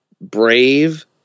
brave